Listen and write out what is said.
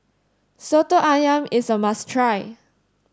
Soto Ayam is a must try